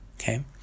Okay